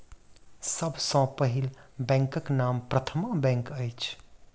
सभ सॅ पहिल बैंकक नाम प्रथमा बैंक अछि